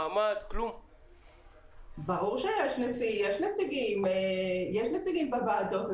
ברור שיש נציגים בוועדות.